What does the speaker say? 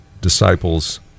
disciples